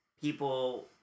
people